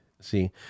See